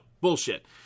Bullshit